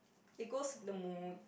it goes with the mood